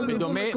בסדר.